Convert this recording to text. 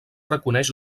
reconeix